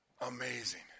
Amazing